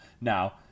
Now